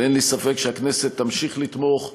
ואין לי ספק שהכנסת תמשיך לתמוך בממשלה,